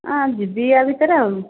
ଯିବି ୟା ଭିତରେ ଆଉ